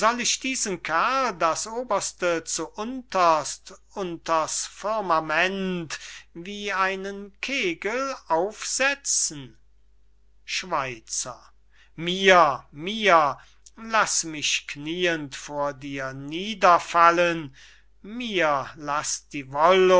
ich diesen kerl das oberst zu unterst unter's firmament wie einen kegel aufsetzen schweizer mir mir laß mich knien vor dir niederfallen mir laß die